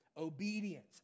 obedience